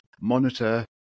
monitor